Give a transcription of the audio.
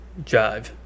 jive